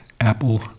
Apple